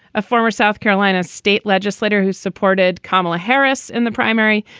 a former south carolina state legislator who supported kamala harris in the primary.